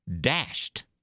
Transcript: dashed